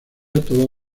toda